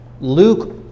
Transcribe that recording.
Luke